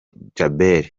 djabel